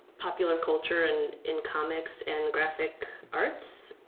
popular culture and in comics and graphic arts,